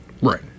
Right